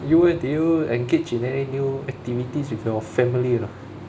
you eh do you engage in any new activities with your family or not